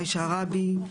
עאישה א-ראבי,